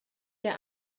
der